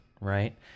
right